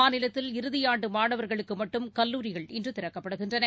மாநிலத்தில் இறுதியாண்டுமாணவர்களுக்குமட்டும் கல்லூரிகள் இன்றுதிறக்கப்படுகின்றன